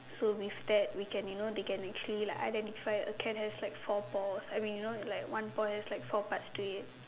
so we stared we can you know they can actually like identify a cat has like four paws I mean you know like one paw has like four parts to it